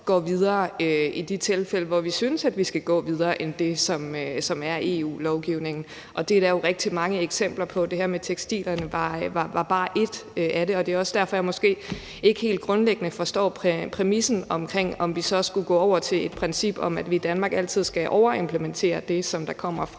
går videre i de tilfælde, hvor vi synes, at vi skal gå videre end det, som er EU-lovgivningen. Og det er der jo rigtig mange eksempler på. Det her med tekstilerne var bare et af dem. Det er også derfor, jeg måske ikke helt grundlæggende forstår præmissen om, at vi så skal gå over til et princip om, at vi i Danmark altid skal overimplementere det, der kommer fra